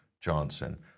Johnson